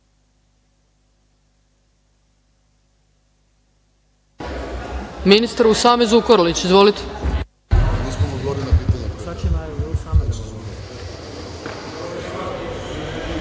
Ministar Usame Zukorlić, izvolite.